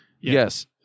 Yes